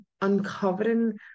uncovering